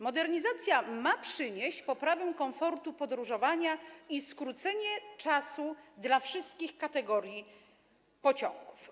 Modernizacja ma przynieść poprawę komfortu podróżowania i skrócenie czasu dla wszystkich kategorii pociągów.